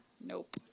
nope